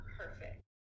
perfect